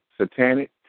satanic